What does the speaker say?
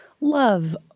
love